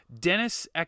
Dennis